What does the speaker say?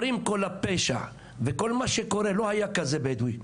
אומרים שכל הפשע וכל מה שקורה לא היה כזה בדואי.